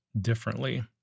differently